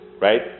Right